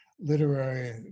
literary